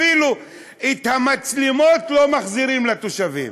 אפילו את המצלמות לא מחזירים לתושבים.